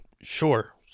sure